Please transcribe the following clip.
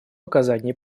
оказание